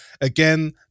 Again